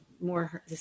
more